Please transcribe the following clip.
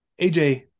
AJ